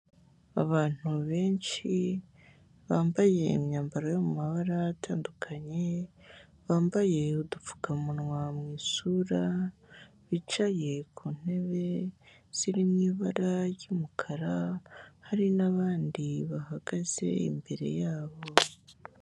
Abantu benshi bambaye imyambaro yo mu mabara atandukanye, bambaye udupfukamunwa mu isura bicaye ku ntebe ziri mu ibara ry'umukara hari n'abandi bahagaze imbere yabo.